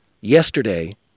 yesterday